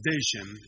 Vision